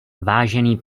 vážený